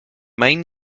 main